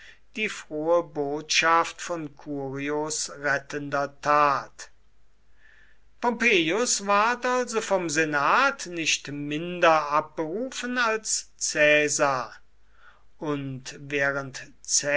die frohe botschaft von curios rettender tat pompeius ward also vom senat nicht minder abberufen als caesar und während